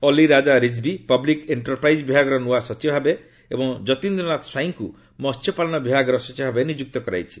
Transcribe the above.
Ali Raja Rizvi public enterprise ବିଭାଗର ନୂଆ ସଚିବ ଭାବେ ଏବଂ ଜତୀନ୍ଦ୍ର ନାଥ ସ୍ୱାଇଁଙ୍କୁ ମସ୍ୟପାଳନ ବିଭାଗର ସଚିବ ଭାବେ ନିଯୁକ୍ତ କରାଯାଇଛି